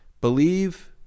Believe